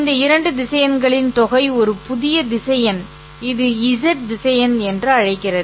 இந்த இரண்டு திசையன்களின் தொகை ஒரு புதிய திசையன் இதை ́z திசையன் என்று அழைக்கிறது